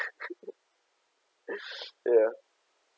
ya